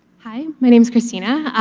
hi, my name is christina.